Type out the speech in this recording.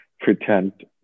pretend